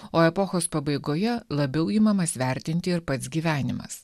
o epochos pabaigoje labiau imamas vertinti ir pats gyvenimas